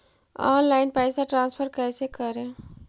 Online पैसा transfer कैसे करे?